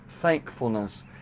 Thankfulness